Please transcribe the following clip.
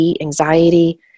anxiety